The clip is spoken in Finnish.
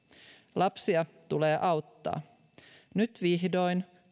lapsia tulee auttaa nyt vihdoin